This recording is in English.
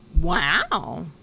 wow